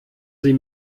sie